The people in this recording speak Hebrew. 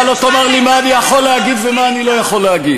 אתה לא תאמר לי מה אני יכול להגיד ומה אני לא יכול להגיד.